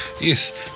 yes